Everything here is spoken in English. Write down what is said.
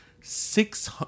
six